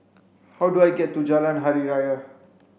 how do I get to Jalan Hari Raya